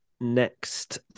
next